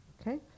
okay